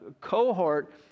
cohort